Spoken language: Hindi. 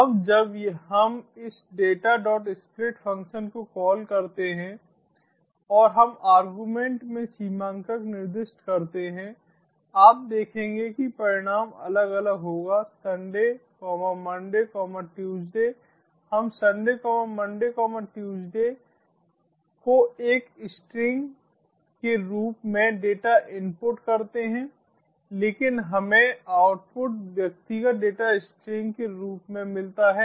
अब जब हम इस Datasplit फ़ंक्शन को कॉल करते हैं और हम आर्गुमेंट में सीमांकक निर्दिष्ट करते हैं आप देखेंगे कि परिणाम अलग अलग होगा Sunday MondayTuesday हम Sunday MondayTuesday को एक स्ट्रिंग के रूप में डेटा इनपुट करते हैं लेकिन हमें आउटपुट व्यक्तिगत डेटा स्ट्रिंग्स के रूप में मिलता है